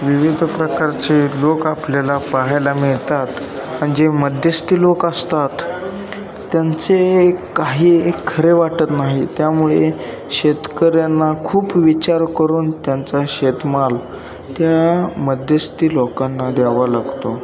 विविध प्रकारचे लोक आपल्याला पाहायला मिळतात आणि जे मध्यस्थी लोक असतात त्यांचे काही खरे वाटत नाही त्यामुळे शेतकऱ्यांना खूप विचार करून त्यांचा शेतमाल त्या मध्यस्थी लोकांना द्यावा लागतो